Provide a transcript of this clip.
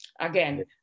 Again